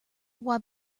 why